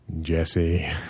Jesse